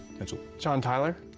mitchell. john tyler?